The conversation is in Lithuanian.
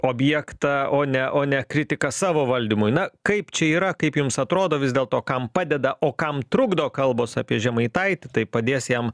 objektą o ne o ne kritiką savo valdymui na kaip čia yra kaip jums atrodo vis dėlto kam padeda o kam trukdo kalbos apie žemaitaitį tai padės jam